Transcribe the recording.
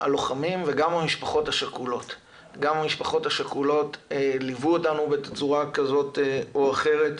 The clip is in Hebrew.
הלוחמים וגם המשפחות השכולות שליוו אותנו בצורה כזאת או אחרת.